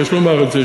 ויש לומר את זה,